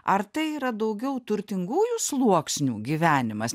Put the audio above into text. ar tai yra daugiau turtingųjų sluoksnių gyvenimas